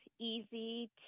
easy